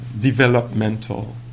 developmental